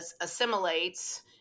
assimilates